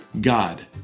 God